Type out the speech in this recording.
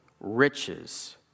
riches